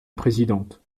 présidente